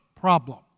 problem